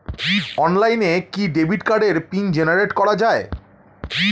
অনলাইনে কি ডেবিট কার্ডের পিন জেনারেট করা যায়?